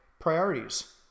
priorities